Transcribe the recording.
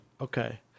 Okay